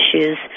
issues